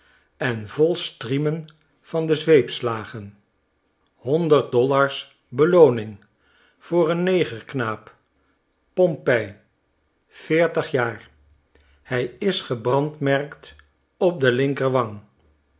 en vol striemen van de zweepslagen honderd dollars belooning voor een neger naap pony veertig jaar hij is gebrandmerkt op de linkerwang